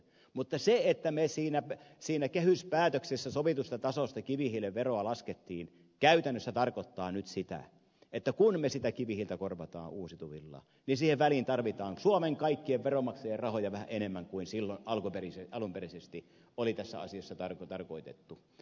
mutta se että me siinä kehyspäätöksessä sovitusta tasosta kivihiilen veroa laskimme käytännössä tarkoittaa nyt sitä että kun me sitä kivihiiltä korvaamme uusiutuvilla siihen väliin tarvitaan suomen kaikkien veronmaksajien rahoja vähän enemmän kuin silloin alun perin oli tässä asiassa tarkoitettu